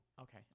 okay